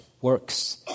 works